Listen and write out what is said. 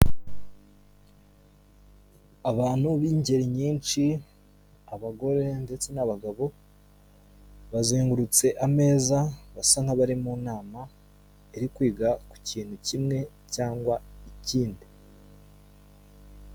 abantu b'ingeri nyishi abagore ndetse n'abagabo bazengurutse ameza basa nk'abari mu nama iri kwiga ku kintu kimwe cyangwa ikindi.